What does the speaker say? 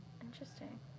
interesting